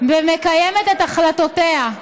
ומקיימת את החלטותיה.